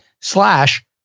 slash